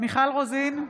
מיכל רוזין,